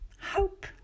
hope